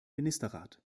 ministerrat